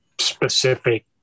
specific